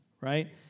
Right